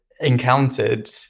encountered